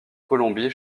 colombie